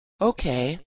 Okay